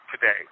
today